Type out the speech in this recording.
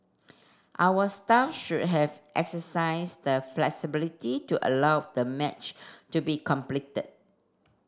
our staff should have exercised the flexibility to allow the match to be completed